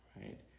right